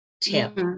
tip